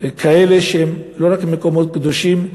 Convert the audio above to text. כאלה שהם לא רק מקומות קדושים,